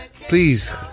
Please